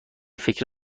فکر